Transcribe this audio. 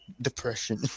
depression